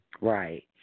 Right